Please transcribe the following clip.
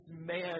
man